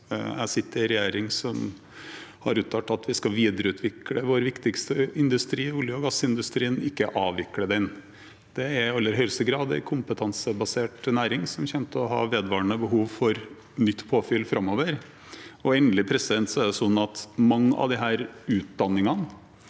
Jeg sitter i en regjering som har uttalt at vi skal videreutvikle vår viktigste industri – olje- og gassindustrien – ikke avvikle den. Den er i aller høyeste grad en kompetansebasert næring som kommer til å ha vedvarende behov for nytt påfyll framover. Endelig er det sånn – og da er man litt inne